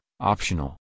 optional